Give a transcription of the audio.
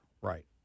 Right